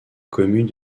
commune